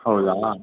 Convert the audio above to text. ಹೌದಾ